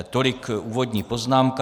Tolik úvodní poznámka.